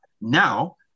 Now